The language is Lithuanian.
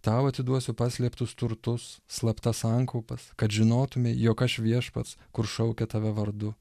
tau atiduosiu paslėptus turtus slaptas sankaupas kad žinotumei jog aš viešpats kurs šaukia tave vardu